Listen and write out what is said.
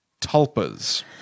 tulpas